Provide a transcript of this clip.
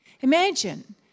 Imagine